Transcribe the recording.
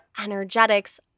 energetics